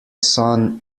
son